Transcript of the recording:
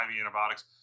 antibiotics